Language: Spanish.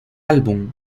álbum